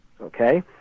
okay